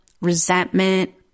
resentment